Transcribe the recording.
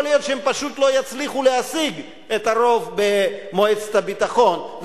יכול להיות שהם פשוט לא יצליחו להשיג את הרוב במועצת הביטחון.